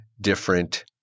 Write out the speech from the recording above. different